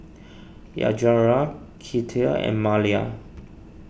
Yajaira Kinte and Malia